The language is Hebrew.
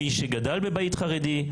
מי שגדל בבית חרדי,